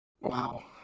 Wow